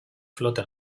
flote